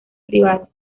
privados